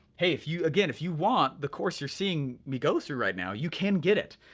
hey if you, again, if you want the course you're seeing me go through right now, you can get it.